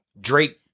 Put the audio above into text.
Drake